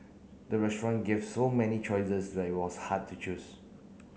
the restaurant gave so many choices that it was hard to choose